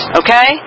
okay